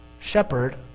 shepherd